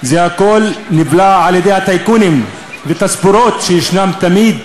זה הכול נבלע על-ידי הטייקונים והתספורות שישנן תמיד,